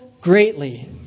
greatly